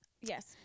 Yes